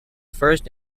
first